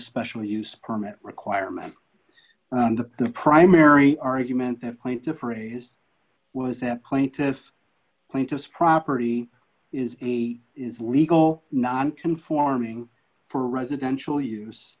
special use permit requirement under the primary argument that point to for a his was that plaintiff plaintiff's property is a is legal non conforming for residential use